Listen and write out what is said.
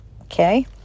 Okay